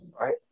right